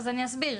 אני אסביר.